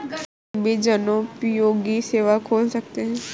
क्या हम भी जनोपयोगी सेवा खोल सकते हैं?